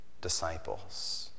disciples